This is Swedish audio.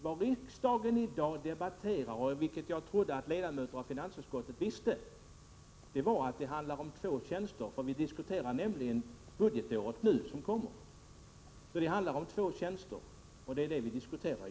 Vad riksdagen debatterar i dag — vilket jag trodde att ledamöterna av finansutskottet visste — är två tjänster. Vi diskuterar nämligen det budgetår som kommer.